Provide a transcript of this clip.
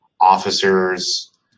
officers